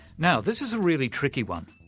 now this is a really tricky one,